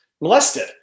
molested